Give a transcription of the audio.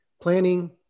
planning